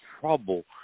trouble